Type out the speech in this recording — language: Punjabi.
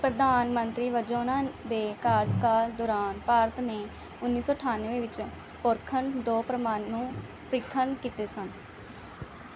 ਪ੍ਰਧਾਨ ਮੰਤਰੀ ਵਜੋਂ ਉਨ੍ਹਾਂ ਦੇ ਕਾਰਜਕਾਲ ਦੌਰਾਨ ਭਾਰਤ ਨੇ ਉੱਨੀ ਸੌ ਅਠਾਨਵੇਂ ਵਿੱਚ ਪੋਖਰਣ ਦੋ ਪਰਮਾਣੂ ਪ੍ਰੀਖਣ ਕੀਤੇ ਸਨ